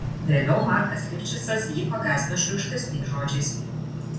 vėliau markas livšicas jį pagąsdino šiurkštesniais žodžiais